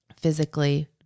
physically